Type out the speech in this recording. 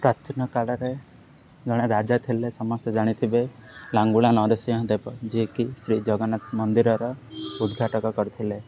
ପ୍ରାଚୀନ କାଳରେ ଜଣେ ରାଜା ଥିଲେ ସମସ୍ତେ ଜାଣିଥିବେ ଲାଙ୍ଗୁଳା ନରସିଂହ ଦେବ ଯିଏକି ଶ୍ରୀ ଜଗନ୍ନାଥ ମନ୍ଦିରର ଉଦ୍ଘାଟକ କରିଥିଲେ